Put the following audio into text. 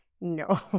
no